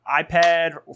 iPad